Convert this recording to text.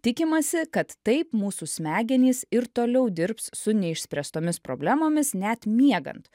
tikimasi kad taip mūsų smegenys ir toliau dirbs su neišspręstomis problemomis net miegant